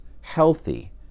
healthy